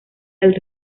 del